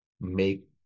make